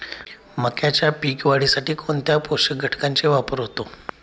मक्याच्या पीक वाढीसाठी कोणत्या पोषक घटकांचे वापर होतो?